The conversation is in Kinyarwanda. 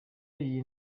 y’iyi